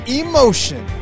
emotion